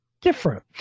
different